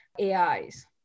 AIs